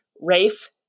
Rafe